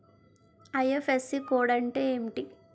IFSC code అంటే ఏంటి?